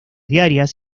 diarias